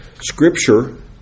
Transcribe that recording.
Scripture